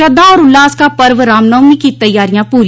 श्रद्धा और उल्लास का पर्व राम नवमी की तैयारियां पूरी